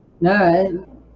No